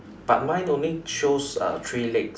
but mine only shows uh three legs